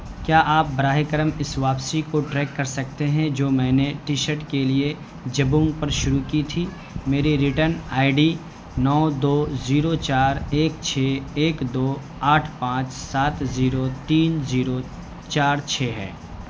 کیا آپ براہ کرم اس واپسی کو ٹریک کر سکتے ہیں جو میں نے ٹی شرٹ کے لیے جبانگ پر شروع کی تھی میری ریٹرن آئی ڈی نو دو زیرو چار ایک چھ ایک دو آٹھ پانچ سات زیرو تین زیرو چار چھ ہے